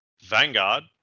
Vanguard